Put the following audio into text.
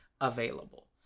available